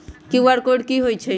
QR code कि हई छई?